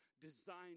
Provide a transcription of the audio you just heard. designed